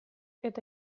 eta